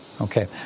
Okay